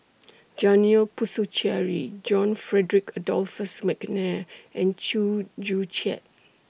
Janil Puthucheary John Frederick Adolphus Mcnair and Chew Joo Chiat